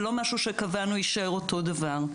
זה לא משהו שקבענו ויישאר אותו הדבר.